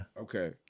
Okay